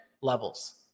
levels